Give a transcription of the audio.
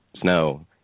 snow